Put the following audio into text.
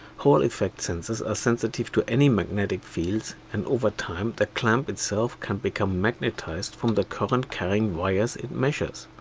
hall effect sensors are sensitive to any magnetic fields and over time the clamp itself can become magnetized from the current-carrying wires it measures.